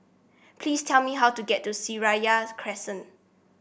please tell me how to get to Seraya Crescent